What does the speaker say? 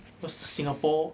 cause singapore